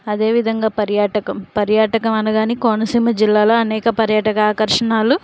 అదేవిధంగా పర్యాటకం పర్యాటకం అనగానే కోనసీమ జిల్లాలో అనేక పర్యాటక ఆకర్షణలు